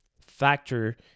factor